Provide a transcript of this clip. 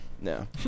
No